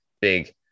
big